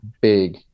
big